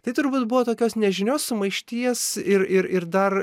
tai turbūt buvo tokios nežinios sumaišties ir ir ir dar